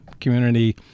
community